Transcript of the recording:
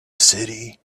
city